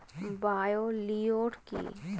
Bio লিওর কি?